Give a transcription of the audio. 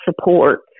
support